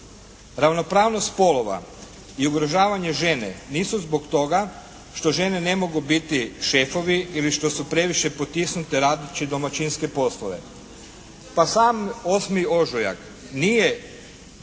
Ravnopravnost spolova i ugrožavanje žene nisu zbog toga što žene ne mogu biti šefovi ili što su previše potisnute radeći razne domaćinske poslove. Pa sam 8. ožujak nije